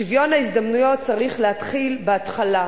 שוויון ההזדמנויות צריך להתחיל בהתחלה,